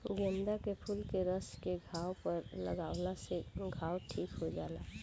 गेंदा के फूल के रस के घाव पर लागावला से घाव ठीक हो जाला